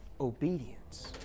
obedience